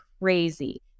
crazy